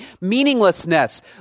meaninglessness